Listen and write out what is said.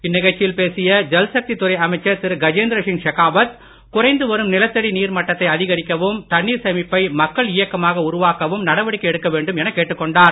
இந்நிகழ்ச்சியில் பேசிய ஜல் சக்தி துறை அமைச்சர் திரு கஜேந்திர சிங் ஷெகாவத் குறைந்து வரும் நிலத்தடி நீர் மட்டத்தை அதிகரிக்கவும் தண்ணீர் சேமிப்பை மக்கள் இயக்கமாக உருவாக்கவும் நடவடிக்கை எடுக்க வேண்டும் என கேட்டுக் கொண்டார்